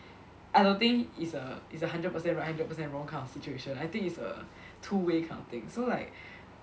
I don't think is a is a hundred per cent right hundred per cent wrong kind of situation I think is a two way kind of thing so like